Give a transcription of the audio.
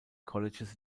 colleges